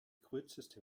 kürzeste